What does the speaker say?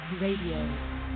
Radio